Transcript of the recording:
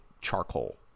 charcoal